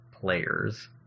players